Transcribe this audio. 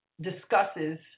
discusses